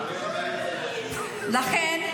לכן,